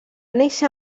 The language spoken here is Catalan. néixer